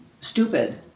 stupid